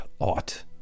ought